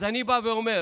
אז אני בא ואומר,